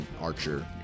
archer